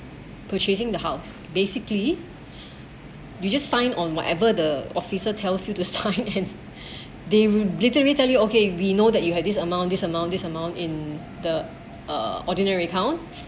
purchasing the house basically you just sign on whatever the officer tells you to sign and they will literally tell you okay we know that you had this amount this amount this amount in the uh ordinary account